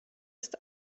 ist